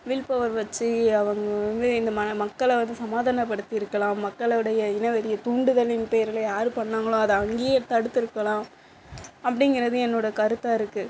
will power வச்சு அவங்க வந்து இந்த மக்களை சமாதான படுத்தியிருக்கலாம் மக்களுடைய இனவெறியை தூண்டுதலின் பேரில் யார் பண்ணினாங்களோ அதை அங்கேயே தடுத்து இருக்கலாம் அப்படிங்குறது என்னோட கருத்தாக இருக்குது